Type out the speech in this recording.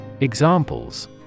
Examples